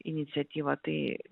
iniciatyva tai